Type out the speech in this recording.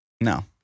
No